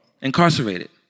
Incarcerated